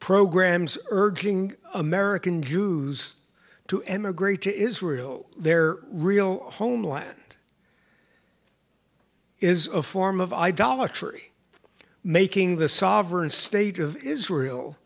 programs urging american jews to emigrate to israel their real homeland is a form of idolatry making the sovereign state of israel